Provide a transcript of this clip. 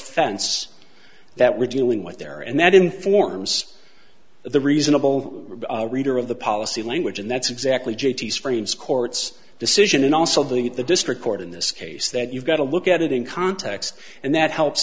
offense that we're dealing with there and that informs the reasonable reader of the policy language and that's exactly j t sprains court's decision and also that the district court in this case that you've got to look at it in context and that helps